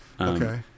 Okay